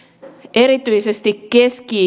erityisesti keski